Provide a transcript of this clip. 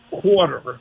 Quarter